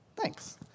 Thanks